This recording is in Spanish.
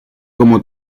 como